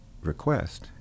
request